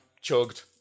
chugged